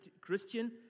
Christian